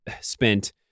spent